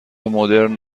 مدرن